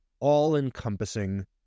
all-encompassing